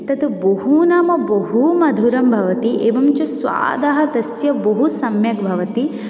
तत् बहु नाम बहु मधुरं भवति एवञ्च स्वादः तस्य बहु सम्यक् भवति